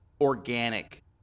organic